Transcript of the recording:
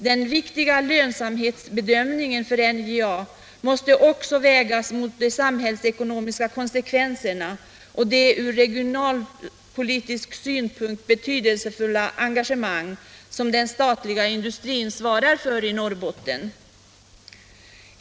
Den viktiga lönsamhetsbedömningen för NJA måste också vägas mot de samhällsekonomiska konsekvenserna och det ur regionalpolitisk synpunkt betydelsefulla engagemang som den statliga industrin svarar för i Norrbotten.